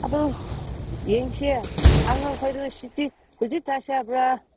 ꯑꯗꯨ ꯌꯦꯡꯁꯤ ꯑꯉꯥꯡꯈꯣꯏꯗꯣ ꯁꯨꯇꯤ ꯍꯧꯖꯤꯛ ꯆꯠꯁꯦ ꯍꯥꯏꯕ꯭ꯔꯥ